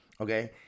Okay